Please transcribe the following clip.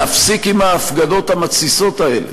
להפסיק עם ההפגנות המתסיסות האלה,